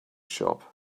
shop